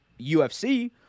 UFC –